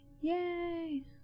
Yay